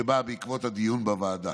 שבאה בעקבות הדיון בוועדה.